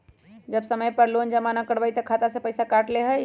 जब समय पर लोन जमा न करवई तब खाता में से पईसा काट लेहई?